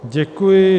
Děkuji.